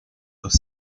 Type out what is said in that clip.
los